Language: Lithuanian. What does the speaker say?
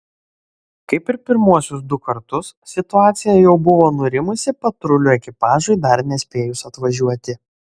kaip ir pirmuosius du kartus situacija jau buvo nurimusi patrulių ekipažui dar nespėjus atvažiuoti